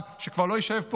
ואני מברך אותך,